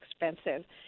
expensive